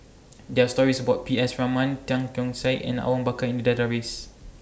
There Are stories about P S Raman Tan Keong Saik and Awang Bakar in The Database